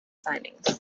signings